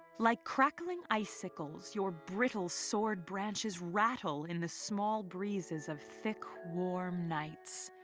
like crackling icicles, your brittle sword branches rattle in the small breezes of thick, warm nights.